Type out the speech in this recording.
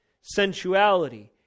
sensuality